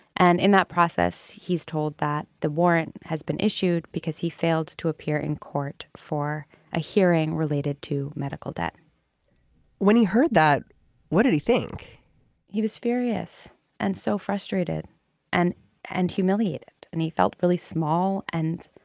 and in that process he's told that the warrant has been issued because he failed to appear in court for a hearing related to medical debt when he heard that what did he think he was furious and so frustrated and and humiliated and he felt really small and